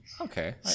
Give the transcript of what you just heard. Okay